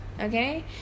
Okay